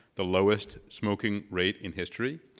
the lowest smoking rate in history,